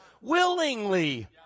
willingly